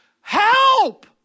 Help